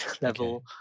level